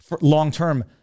long-term